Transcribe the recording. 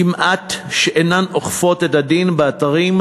כמעט שאינן אוכפות את הדין באתרים,